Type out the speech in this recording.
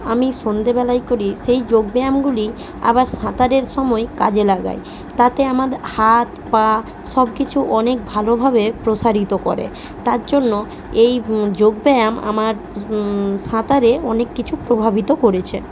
আমি সন্ধেবেলায় করি সেই যোগ ব্যায়ামগুলি আবার সাঁতারের সময় কাজে লাগাই তাতে আমাদের হাত পা সবকিছু অনেক ভালোভাবে প্রসারিত করে তার জন্য এই যোগ ব্যায়াম আমার সাঁতারে অনেক কিছু প্রভাবিত করেছে